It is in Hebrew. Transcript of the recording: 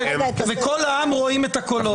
מכל העם רואים את הקולות.